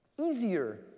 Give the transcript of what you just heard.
Easier